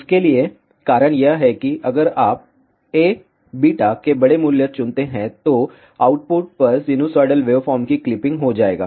उस के लिए कारण यह है कि अगर आप Aβ के बड़े मूल्य चुनते हैंतो आउटपुट पर सिनुसाइडल वेवफॉर्म की क्लिपिंग हो जाएगा